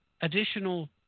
additional